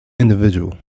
individual